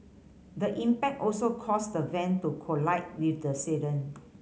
the impact also caused the van to collide with the sedan